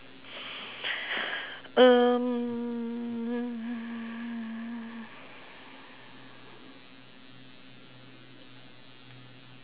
uh